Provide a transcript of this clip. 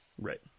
Right